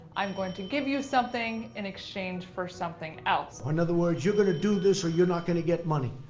i'm going to give you something in exchange for something else. or in other words, you're gonna do this or you're not gonna get money.